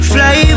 Fly